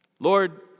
Lord